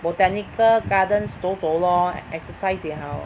botanical gardens 走走 lor exercise 也好